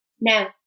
Now